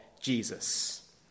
Jesus